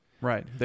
Right